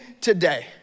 today